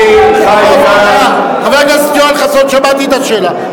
אני חי כאן, חבר הכנסת יואל חסון, שמעתי את השאלה.